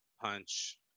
punch